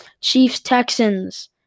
Chiefs-Texans